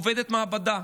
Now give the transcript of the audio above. עובדת מעבדה.